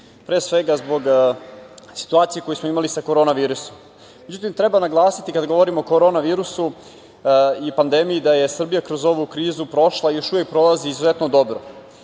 pre svega zbog situacije koju smo imali sa korona virusom. Međutim, treba naglasiti, kada govorimo o korona virusu i pandemiji da je Srbija kroz ovu krizu prošla i još uvek prolazi izuzetno dobro.